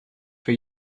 for